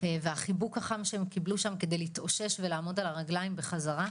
והחיבוק החם שהם קיבלו שם כדי להתאושש ולעמוד על הרגלים בחזרה,